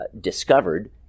discovered